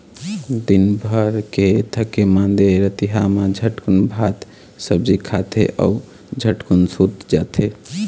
दिनभर के थके मांदे रतिहा मा झटकुन भात सब्जी खाथे अउ झटकुन सूत जाथे